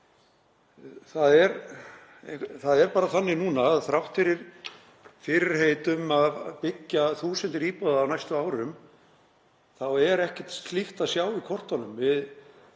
Það er bara þannig núna að þrátt fyrir fyrirheit um að byggja þúsundir íbúða á næstu árum þá er ekkert slíkt að sjá í kortunum. Við